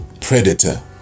predator